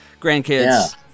Grandkids